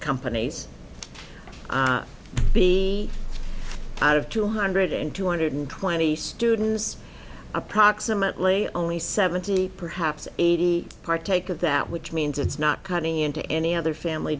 companies the out of two hundred and two hundred twenty students approximately only seventy perhaps eighty partake of that which means it's not cutting into any other family